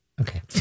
okay